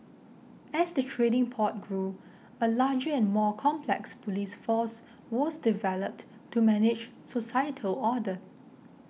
as the trading port grew a larger and more complex police force was developed to manage societal order